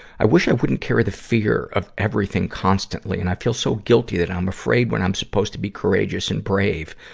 i wish i wouldn't carry the fear of everything constantly, and i feel so guilty that i'm so afraid when i'm supposed to be courageous and brave,